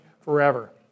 forever